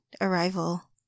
arrival